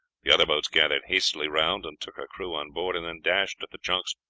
the other boats gathered hastily round and took her crew on board, and then dashed at the junks,